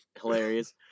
hilarious